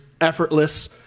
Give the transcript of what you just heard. effortless